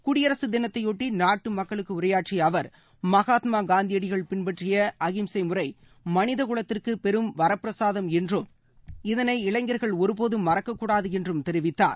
குடியரசு தினத்தையொட்டி நாட்டு மக்களுக்கு உரையாற்றிய அவர் மகாத்மா காந்தியடிகள் பின்பற்றிய அஹிம்சை முறை மனிதகுலத்திற்கு பெரும் வரப்பிரசாதம் என்றும் இதனை இளைஞர்கள் ஒருபோதும் மறக்கக்கூடாது என்றும் தெரிவித்தார்